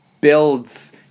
builds